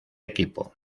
equipo